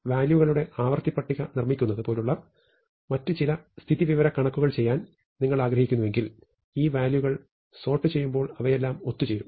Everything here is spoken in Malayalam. വാല്യൂകളുടെ ആവൃത്തി പട്ടിക നിർമ്മിക്കുന്നത് പോലുള്ള മറ്റ് ചില സ്ഥിതിവിവരക്കണക്കുകൾ ചെയ്യാൻ നിങ്ങൾ ആഗ്രഹിക്കുന്നുവെങ്കിൽ ഈ വാല്യൂകൾ സോർട് ചെയ്യൂമ്പോൾ അവയെല്ലാം ഒത്തുചേരും